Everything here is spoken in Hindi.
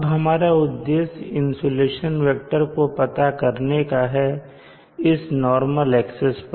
अब हमारा उद्देश्य इंसुलेशन वेक्टर को पता करने का है इस नार्मल एक्सिस पर